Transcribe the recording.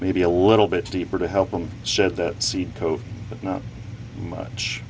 maybe a little bit deeper to help them shed that seed but not much